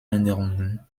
änderungen